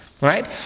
right